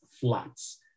Flats